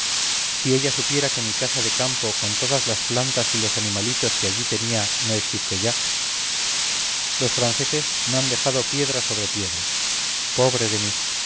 si ella supiera que mi casa de campo con todas las plantas y los animalitos que allí tenía no existe ya los franceses no han dejado piedra sobre piedra pobre de mí